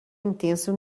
intensa